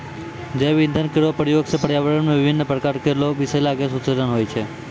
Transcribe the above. जैव इंधन केरो प्रयोग सँ पर्यावरण म विभिन्न प्रकार केरो बिसैला गैस उत्सर्जन होय छै